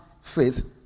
Faith